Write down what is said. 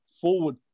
forward